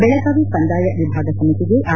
ಬೆಳಗಾವಿ ಕಂದಾಯ ವಿಭಾಗ ಸಮಿತಿಗೆ ಆರ್